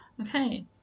Okay